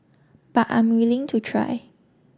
but I'm willing to try